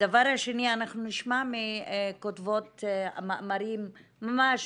הדבר השני, אנחנו נשמע מכותבות המאמרים ממש